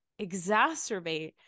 exacerbate